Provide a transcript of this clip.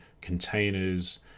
containers